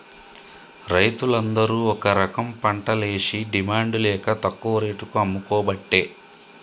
రైతులు అందరు ఒక రకంపంటలేషి డిమాండ్ లేక తక్కువ రేటుకు అమ్ముకోబట్టే